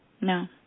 No